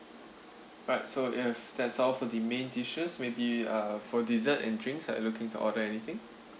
right so if that's all for the main dishes maybe uh for dessert and drinks are you looking to order anything